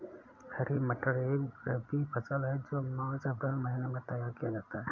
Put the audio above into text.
हरी मटर एक रबी फसल है जो मार्च अप्रैल महिने में तैयार किया जाता है